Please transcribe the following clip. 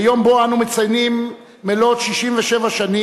ביום שבו אנו מציינים מלאות 67 שנים